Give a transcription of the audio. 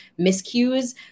miscues